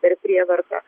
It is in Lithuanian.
per prievartą